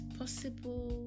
possible